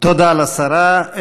תודה לשרה.